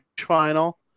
final